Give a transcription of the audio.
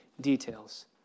details